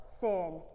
sin